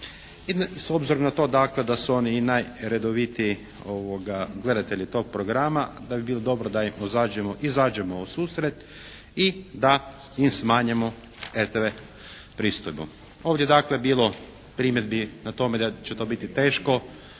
i s obzirom na to dakle da su oni i najredovitiji gledatelji tog programa, da bi bilo dobro da im izađemo u susret i da im smanjimo RTV pristojbu. Ovdje je dakle bilo primjedbi na tome da će to biti teško